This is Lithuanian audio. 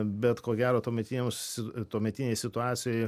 bet ko gero tuometiniams tuometinėj situacijoj